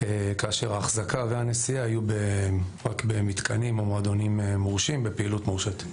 כאשר האחזקה והנשיאה יהיו רק במתקנים ובמועדונים מורשים בפעילות מורשית.